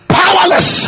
powerless